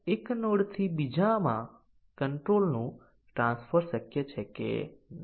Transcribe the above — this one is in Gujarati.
તેથી ડીસીઝન કવરેજ પ્રાપ્ત થયો નથી